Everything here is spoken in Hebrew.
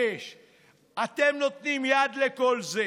בדצמבר 1966. אתם נותנים יד לכל זה.